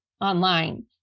online